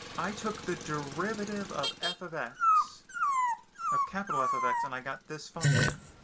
i took the derivative of f of x of capital f of x and i got this function.